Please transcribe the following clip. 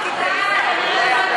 ישראל היום.